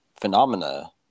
phenomena